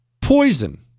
poison